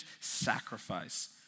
sacrifice